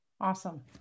Awesome